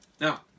now